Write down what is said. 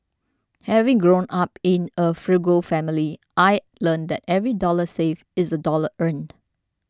having grown up in a frugal family I learnt that every dollar saved is a dollar earned